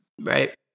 Right